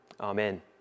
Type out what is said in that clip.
Amen